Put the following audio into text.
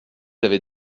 avez